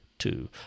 two